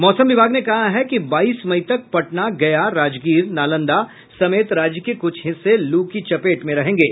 मौसम विभाग ने कहा है कि बाईस मई तक पटना गया राजगीर नालंदा समेत राज्य के कुछ हिस्से लू की चपेट में रहेंगे